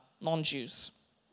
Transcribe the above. non-Jews